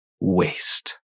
waste